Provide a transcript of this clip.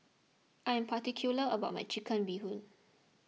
I am particular about my Chicken Bee Hoon